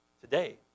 today